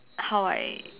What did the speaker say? how I